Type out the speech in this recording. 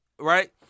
Right